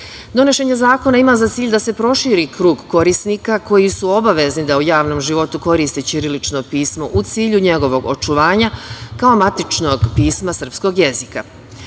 pisma. Donošenje zakona ima za cilj da se proširi krug korisnika koji su obavezni da u javnom životu koriste ćirilično pismo u cilju njegovog očuvanja kao matičnog pisma srpskog